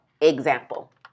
example